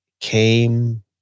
came